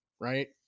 right